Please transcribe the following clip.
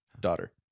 daughter